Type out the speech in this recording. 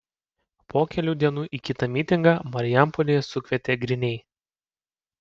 po kelių dienų į kitą mitingą marijampolėje sukvietė griniai